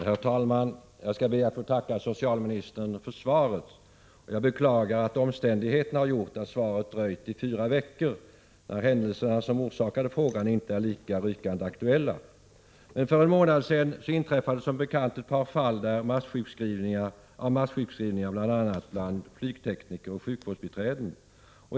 Herr talman! Jag skall be att få tacka socialministern för svaret. Jag beklagar att omständigheterna har gjort att svaret dröjt i fyra veckor. Händelserna som orsakade frågan är inte längre lika rykande aktuella. För en månad sedan inträffade som bekant ett par fall av massjukskrivningar, bl.a. bland flygtekniker och sjukvårdsbiträden.